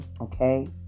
okay